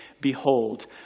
behold